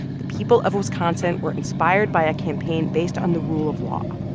the people of wisconsin were inspired by a campaign based on the rule of law.